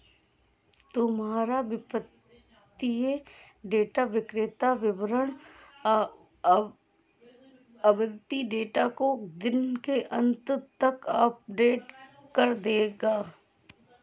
तुम्हारा वित्तीय डेटा विक्रेता वितरण आवृति डेटा को दिन के अंत तक अपडेट कर देगा